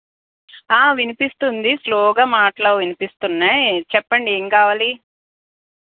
ఆ వినిపిస్తోంది స్లోగా మాటలు అవి వినిపిస్తున్నాయి చెప్పండి ఏం కావాలి